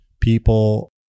people